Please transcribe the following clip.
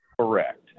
Correct